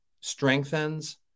strengthens